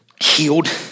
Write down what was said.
healed